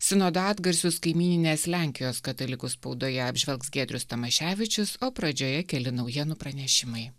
sinodo atgarsius kaimyninės lenkijos katalikų spaudoje apžvelgs giedrius tamaševičius o pradžioje keli naujienų pranešimai